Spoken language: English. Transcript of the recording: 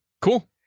cool